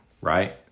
Right